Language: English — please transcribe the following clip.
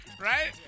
Right